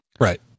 Right